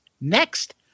next